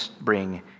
bring